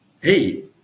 Hey